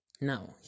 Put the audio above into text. Now